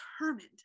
determined